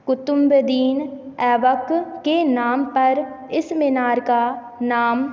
क़ुत्बुद्दीन ऐबक के नाम पर इस मीनार का नाम